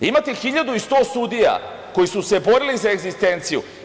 Imate 1.100 sudija koji su se borili za egzistenciju.